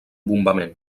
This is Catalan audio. bombament